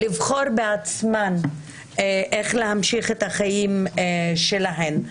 לבחור בעצמן איך להמשיך את החיים שלהן.